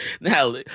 now